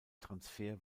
transfer